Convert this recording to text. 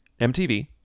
MTV